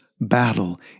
battle